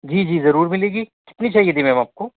جی جی ضرور ملے گی کتنی چاہیے تھی میم آپ کو